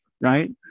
right